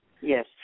Yes